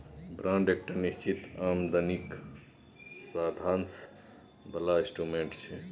bond एकटा निश्चित आमदनीक साधंश बला इंस्ट्रूमेंट छै